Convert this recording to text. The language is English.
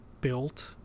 built